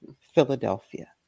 Philadelphia